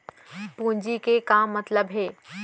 पूंजी के का मतलब हे?